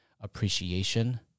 appreciation